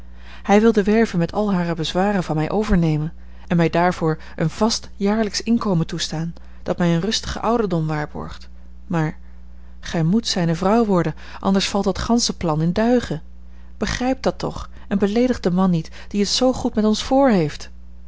hij wil de werve met al hare bezwaren van mij overnemen en mij daarvoor een vast jaarlijksch inkomen toestaan dat mij een rustigen ouderdom waarborgt maar gij moet zijne vrouw worden anders valt dat gansche plan in duigen begrijpt dat toch en beleedig den man niet die het zoo goed met ons